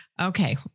Okay